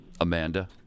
Amanda